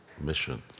mission